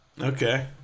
Okay